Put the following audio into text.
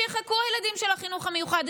שיחכו הילדים של החינוך המיוחד,